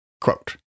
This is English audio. Quote